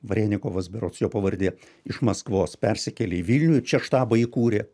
varenikovas berods jo pavardė iš maskvos persikėlė į vilnių ir čia štabą įkūrė